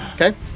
okay